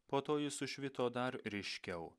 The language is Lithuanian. po to ji sušvito dar ryškiau